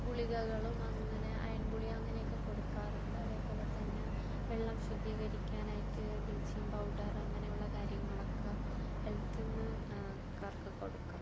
ഗുളികകളും അങ്ങനെ അയൺ ഗുളിക അങ്ങനെയൊക്കെ കൊടുക്കാറുണ്ട് അതുപോലെ തന്നെ വെള്ളം ശുദ്ധീകരിക്കാനായിട്ട് ബ്ലീച്ചിങ് പൗഡർ അങ്ങനെയുള്ള കാര്യങ്ങളൊക്കെ ഹെൽത്തിന്ന് ആൾക്കാർക്ക് കൊടുക്കാറുണ്ട്